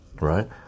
right